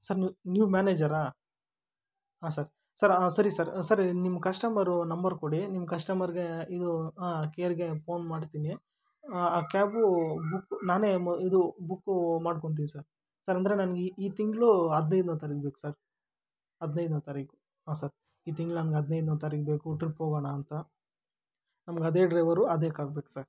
sir ನೀವು ನೀವು ಮ್ಯಾನೇಜರಾ ಹಾಂ ಸರ್ ಸರ್ ಸರಿ ಸರ್ ಸರ್ ನಿಮ್ಮ ಕಸ್ಟಮರು ನಂಬರ್ ಕೊಡಿ ನಿಮ್ಮ ಕಸ್ಟಮರ್ಗೆ ಇದು ಹಾಂ ಕೇರ್ಗೆ ಫೋನ್ ಮಾಡ್ತೀನಿ ಹಾಂ ಆ ಕ್ಯಾಬು ಬುಕ್ ನಾನೇ ಇದು ಬುಕ್ಕು ಮಾಡ್ಕೊತೀನಿ ಸರ್ ಸರ್ ಅಂದರೆ ನನಗೆ ಈ ಈ ತಿಂಗಳು ಹದಿನೈದನೇ ತಾರೀಕು ಬೇಕು ಸರ್ ಹದಿನೈದನೇ ತಾರೀಕು ಹಾಂ ಸರ್ ಈ ತಿಂಗಳ ನನ್ಗೆ ಹದಿನೈದನೇ ತಾರೀಕು ಬೇಕು ಟ್ರಿಪ್ ಹೋಗೋಣ ಅಂತ ನಮಗೆ ಅದೇ ಡ್ರೈವರು ಅದೇ ಕಾರ್ ಬೇಕು ಸರ್